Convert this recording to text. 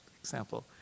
example